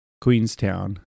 Queenstown